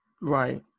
right